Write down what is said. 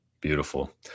Beautiful